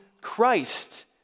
Christ